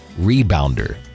Rebounder